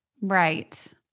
Right